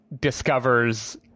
discovers